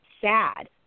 sad